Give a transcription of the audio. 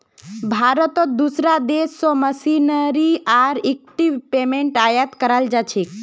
भारतत दूसरा देश स मशीनरी आर इक्विपमेंट आयात कराल जा छेक